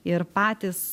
ir patys